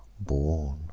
born